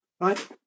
right